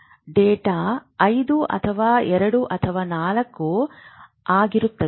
theta 4 ರಿಂದ 7 hertz ಮತ್ತು delta 5 ಅಥವಾ 2 ಅಥವಾ 4 ಆಗಿರುತ್ತದೆ